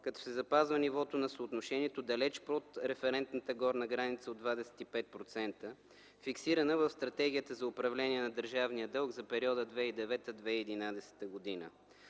като се запазва нивото на съотношението далеч под референтната горна граница от 25%, фиксирана в Стратегията за управление на държавния дълг за периода 2009-2011 г.